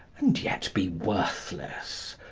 and yet be worthless.